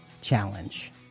challenge